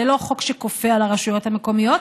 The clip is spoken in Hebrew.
זה לא חוק שכופה על הרשויות המקומיות,